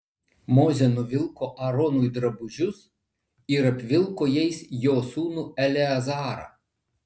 mozė nuvilko aaronui drabužius ir apvilko jais jo sūnų eleazarą